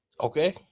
okay